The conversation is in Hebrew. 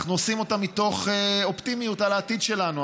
עושים אותה מתוך אופטימיות על העתיד שלנו.